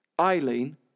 Eileen